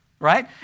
right